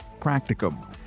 practicum